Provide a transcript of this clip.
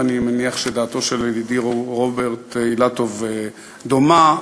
ואני מניח שדעתו של ידידי רוברט אילטוב דומה,